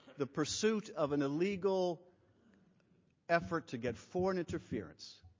the pursuit of an illegal effort to get foreign interference